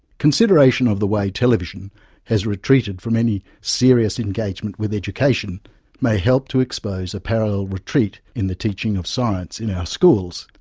consideration of the way television has retreated from any serious engagement with education might help to expose parallel retreat in the teaching of science in our schools,